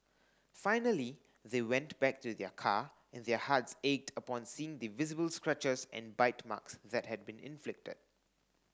finally they went back to their car and their hearts ached upon seeing the visible scratches and bite marks that had been inflicted